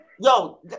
yo